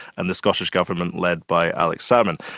and the scottish government, led by alex salmond.